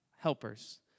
helpers